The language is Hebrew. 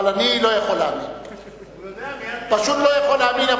אבל אני לא יכול להאמין.